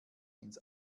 ins